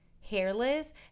hairless